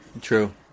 True